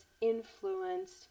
influenced